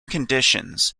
conditions